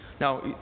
Now